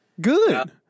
Good